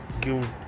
give